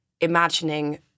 imagining